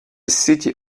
city